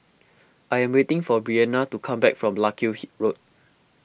I am waiting for Breana to come back from Larkhill Road